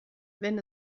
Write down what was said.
wenn